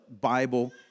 Bible